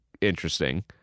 interesting